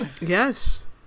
yes